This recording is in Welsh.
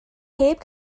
heb